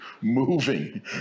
moving